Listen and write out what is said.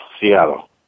Seattle